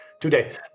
today